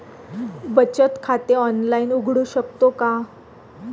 बचत खाते ऑनलाइन उघडू शकतो का?